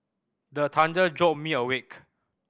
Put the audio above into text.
the thunder jolt me awake